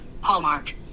Hallmark